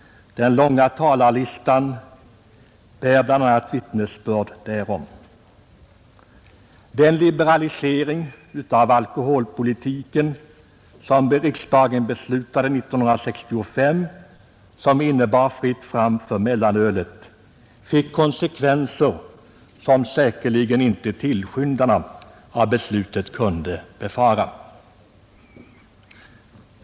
Den långa talarlistan bär bl.a. vittnesbörd härom. Den liberalisering av alkoholpolitiken, som riksdagen beslutade 1965 och som innebar fritt fram för mellanölet, fick konsekvenser vilka tillskyndarna av beslutet säkerligen inte kunde befara.